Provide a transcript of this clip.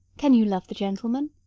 can you love the gentleman?